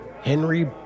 Henry